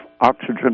oxygen